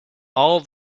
all